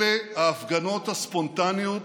אלה ההפגנות הספונטניות